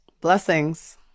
blessings